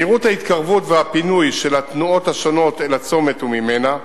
מהירויות ההתקרבות והפינוי של התנועות השונות אל הצומת וממנה,